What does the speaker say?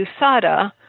USADA